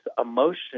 emotion